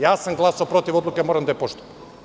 Ja sam glasao protiv odluke, a moram da je poštujem.